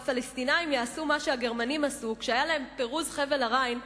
והפלסטינים יעשו מה שהגרמנים עשו כשהיה להם פירוז חבל הריין,